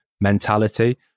mentality